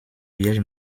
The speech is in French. vierge